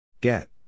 Get